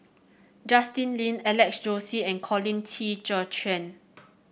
Justin Lean Alex Josey and Colin Qi Zhe Quan